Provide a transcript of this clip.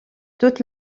toute